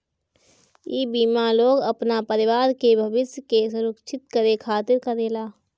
इ बीमा लोग अपना परिवार के भविष्य के सुरक्षित करे खातिर करेला